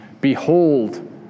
Behold